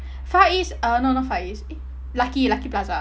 far east uh not not far east eh lucky lucky plaza